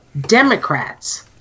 Democrats